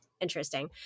interesting